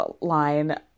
line